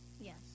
Yes